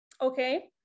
okay